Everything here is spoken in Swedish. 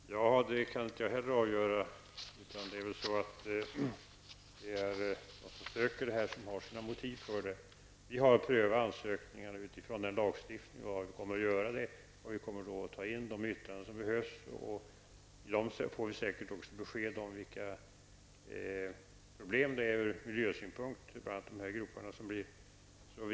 Fru talman! Det kan inte heller jag avgöra. Men de som söker tillstånd har väl sina motiv för det. Vi har att pröva ansökningarna utifrån den lagstiftning som vi har, och det kommer vi att göra, och vi kommer då att ta in de yttranden som behövs. I dessa får vi säkert också besked om vilka problem som finns ur miljösynpunkt, bl.a. de gropar som uppstår.